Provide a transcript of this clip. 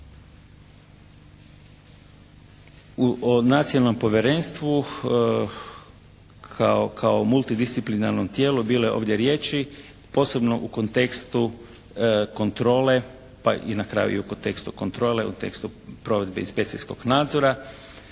U Nacionalnom povjerenstvu kao multi disciplinarnom tijelu bilo je ovdje riječi posebno u kontekstu kontrole, pa i na kraju i u konktekstu kontrole, u kontekstu provedbe inspekcijskog nadzora.